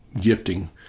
gifting